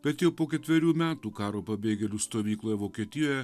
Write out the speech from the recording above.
bet jau po ketverių metų karo pabėgėlių stovykloj vokietijoje